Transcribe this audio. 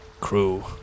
crew